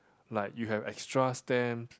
like you have extra stamps